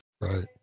right